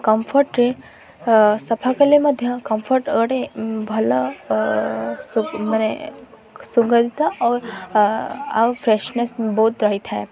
କମ୍ଫର୍ଟରେ ସଫା କଲେ ମଧ୍ୟ କମ୍ଫର୍ଟ ଗୋଟେ ଭଲ ମାନେ ସୁଗନ୍ଧିତ ଆଉ ଆଉ ଫ୍ରେଶନେସ ବହୁତ ରହିଥାଏ